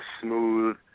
smooth